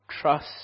Trust